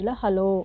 hello